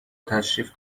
تشریف